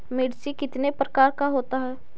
मिर्ची कितने प्रकार का होता है?